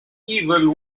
evil